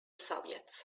soviets